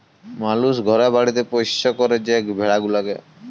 মালুস ঘরে বাড়িতে পৌষ্য ক্যরে যে ভেড়া গুলাকে